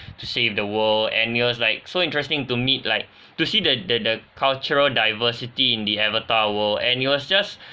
to save the world and it was like so interesting to meet like to see the the the cultural diversity in the avatar world and it was just